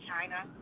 China